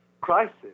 crisis